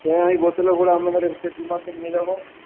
হ্যাঁ আমি বোতলে ভরে আপনাদের পেট্রোল পাম্পে নিয়ে যাব